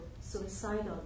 suicidal